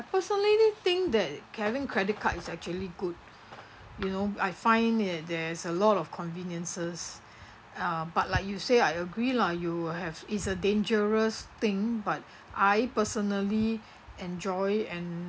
personally think that carrying credit card is actually good you know I find that there's a lot of conveniences uh but like you say I agree lah you will have is a dangerous thing but I personally enjoy and